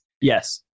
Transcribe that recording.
Yes